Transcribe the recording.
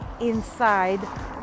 inside